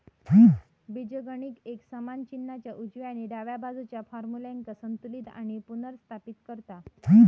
बीजगणित एक समान चिन्हाच्या उजव्या आणि डाव्या बाजुच्या फार्म्युल्यांका संतुलित आणि पुनर्स्थापित करता